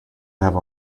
have